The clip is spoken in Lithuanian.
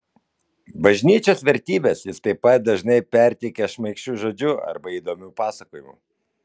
bažnyčios vertybes jis taip pat dažnai perteikia šmaikščiu žodžiu arba įdomiu pasakojimu